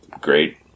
great